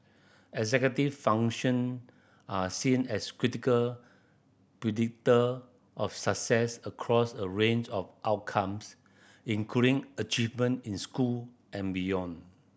executive function are seen as critical predictor of success across a range of outcomes including achievement in school and beyond